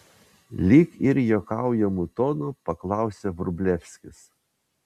lyg ir juokaujamu tonu paklausė vrublevskis